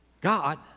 God